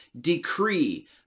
decree